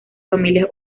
familias